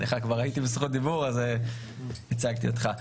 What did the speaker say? סליחה, כבר הייתי בזכות דיבור אז הצגתי אותך.